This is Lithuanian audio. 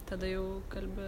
tada jau kalbi